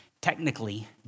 technically